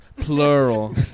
plural